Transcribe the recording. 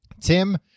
Tim